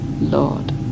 Lord